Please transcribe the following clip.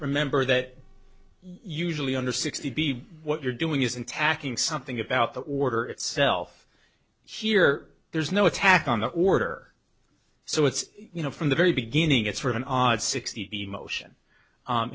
remember that usually under sixty b what you're doing is in tacking something about the order itself here there's no attack on the order so it's you know from the very beginning it's for an odd sixty emotion